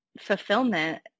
fulfillment